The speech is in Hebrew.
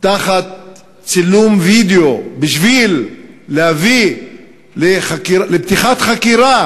תחת צילום וידיאו, בשביל להביא לפתיחת חקירה?